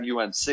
UNC